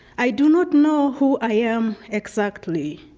i do not know who i am exactly.